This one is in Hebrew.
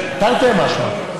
תרתי משמע.